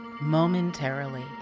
momentarily